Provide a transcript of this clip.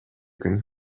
can